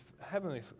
heavenly